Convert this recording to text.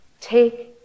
take